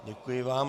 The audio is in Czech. Děkuji vám.